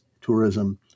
tourism